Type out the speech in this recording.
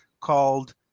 called